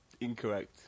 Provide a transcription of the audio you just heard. Incorrect